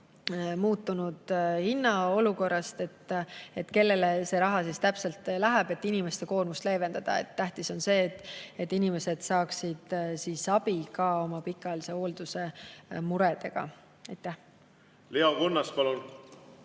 muutunud hinnaolukorrast, siis kellele see raha täpselt läheb, et inimeste koormust leevendada? Tähtis on see, et inimesed saaksid abi ka oma pikaajalise hoolduse muredega. Aitäh! See arutelu